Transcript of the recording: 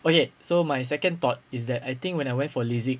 okay so my second thought is that I think when I went for lasik